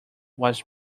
was